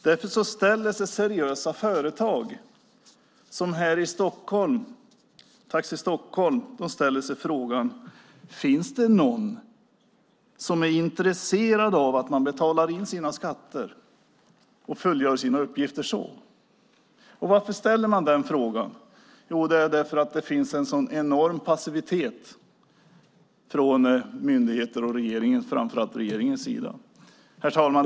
Därför ställer sig seriösa företag som Taxi Stockholm frågan: Finns det någon som är intresserad av att man betalar in sina skatter och fullgör sina uppgifter? Varför ställer man den frågan? Jo, därför att det finns en sådan enorm passivitet från myndigheternas och framför allt regeringens sida. Herr talman!